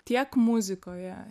tiek muzikoje